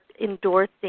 endorsing